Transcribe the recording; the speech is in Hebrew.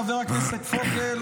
חבר הכנסת פוגל,